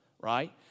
right